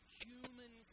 human